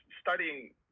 studying